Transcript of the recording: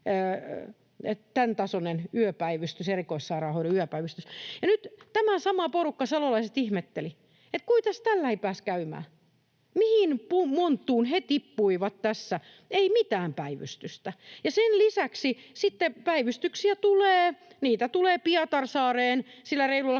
tämän tasoinen erikoissairaanhoidon yöpäivystys. Nyt tämä sama porukka, salolaiset, ihmetteli: ”Kui täs tällai pääs käymä?” Mihin monttuun he tippuivat tässä? Ei mitään päivystystä. Sen lisäksi sitten päivystyksiä tulee Pietarsaareen sillä reilulla 20